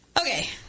Okay